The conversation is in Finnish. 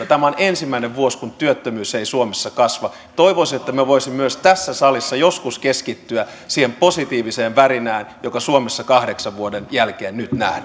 tämä on ensimmäinen vuosi kun työttömyys ei suomessa kasva toivoisin että me voisimme myös tässä salissa joskus keskittyä siihen positiiviseen värinään joka suomessa kahdeksan vuoden jälkeen